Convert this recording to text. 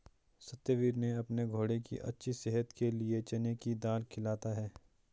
सत्यवीर ने अपने घोड़े की अच्छी सेहत के लिए चने की दाल खिलाता है